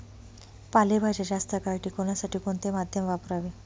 पालेभाज्या जास्त काळ टिकवण्यासाठी कोणते माध्यम वापरावे?